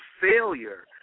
failure